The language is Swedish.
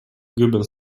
gubben